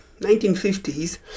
1950s